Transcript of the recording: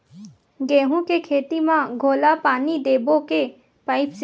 गेहूं के खेती म घोला पानी देबो के पाइप से?